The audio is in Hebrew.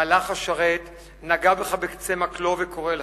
מלאך השרת נגע בך בקצה מקלו וקורא לך: